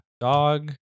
dog